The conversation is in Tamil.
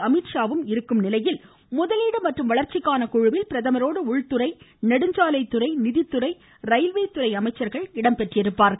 அமீத்ஷாவும் இருக்கும் நிலையில் முதலீடு மற்றும் வளர்ச்சிக்கான குழுவில் பிரதமரோடு உள்துறை நெடுஞ்சாலைத்துறை நிதித்துறை ரயில்வே துறை அமைச்சர்கள் இடம்பெற்றிருப்பார்கள்